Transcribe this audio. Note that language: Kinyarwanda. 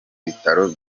bitaro